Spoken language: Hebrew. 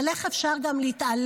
אבל איך אפשר גם להתעלם,